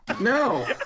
No